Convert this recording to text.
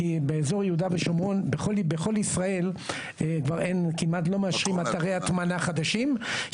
כי באזור יהודה ושומרון בכל ישראל כמעט לא מאשרים אתרי הטמנה חדשים.